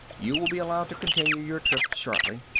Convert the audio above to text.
you will be allowed to continue your trip shortly.